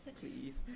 please